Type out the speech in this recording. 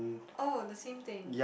oh the same thing